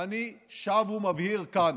ואני שב ומבהיר כאן,